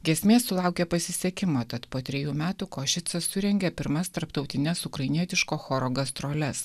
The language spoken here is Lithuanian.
giesmė sulaukė pasisekimo tad po trejų metų košicas surengė pirmas tarptautines ukrainietiško choro gastroles